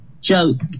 joke